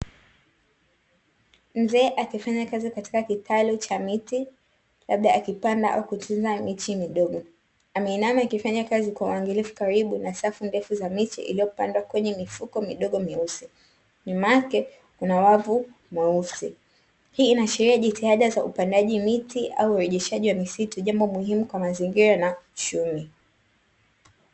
Mzee akifanya kazi katika kitalu cha miti, labda akipanda au kutunza miche midogo. Ameinama akifanya kazi kwa uangalifu, karibu na safu ndefu za miche iliyopandwa kwenye mifuko midogo meusi. Nyuma yake kuna wavu mweusi. Hii inaashiria jitihada za upandaji miti au urejeshaji wa misitu, jambo muhimu kwa mazingira na shule.